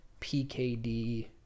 PKD